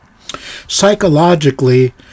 Psychologically